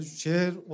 share